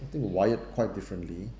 I think we wired quite differently